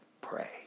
pray